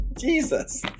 Jesus